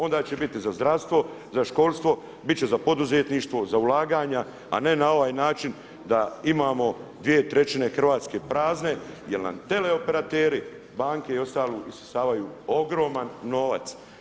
Onda će biti za zdravstvo, za školstvo bit će za poduzetništvo, za ulaganja a ne na ovaj način da imamo 2/3 Hrvatske prazne jer nam teleoperateri, banke i ostali isisavaju ogroman novac.